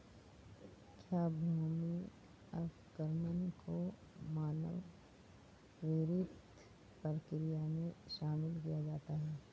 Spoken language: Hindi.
क्या भूमि अवक्रमण को मानव प्रेरित प्रक्रिया में शामिल किया जाता है?